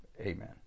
amen